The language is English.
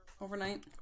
overnight